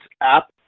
app